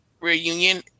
reunion